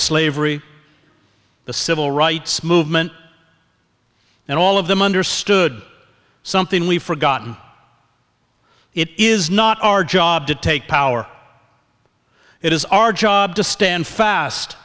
slavery the civil rights movement and all of them understood something we've forgotten it is not our job to take power it is our job to stand fast